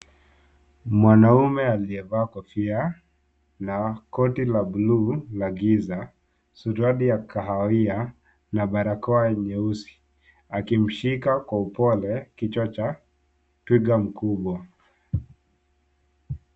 Mwanaume aliyevaa kofia na koti la buluu la giza, suruali ya kahawia na barakoa nyeusi akimshika kwa upole kichwa cha twiga mkubwa.